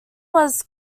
was